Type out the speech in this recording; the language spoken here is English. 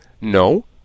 no